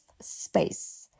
space